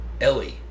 Ellie